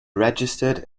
registered